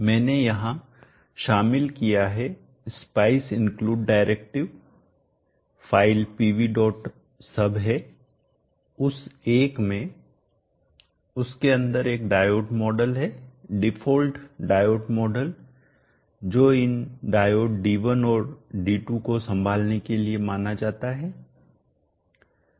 मैंने यहाँ शामिल किया है कि SPICE include directive file pvsub है उस एक में उस के अंदर एक डायोड मॉडल है डिफ़ॉल्ट डायोड मॉडल जो इन डायोड D1 और D2 को संभालने के लिए माना जाता है